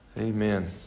Amen